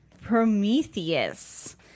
Prometheus